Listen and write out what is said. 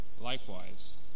Likewise